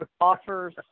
offers